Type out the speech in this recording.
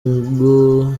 ngo